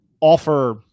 offer